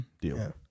Deal